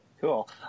Cool